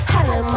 Hello